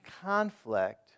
conflict